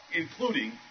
including